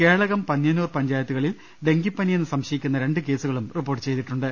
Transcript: കേളകം പന്ന്യന്നൂർ പഞ്ചായത്തുകളിൽ ഡെങ്കിപ്പനി യെന്ന് സംശയിക്കുന്ന രണ്ട് കേസുകളും റിപ്പോർട്ട് ചെയ്തിട്ടുണ്ട്